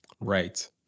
Right